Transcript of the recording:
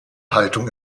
haltung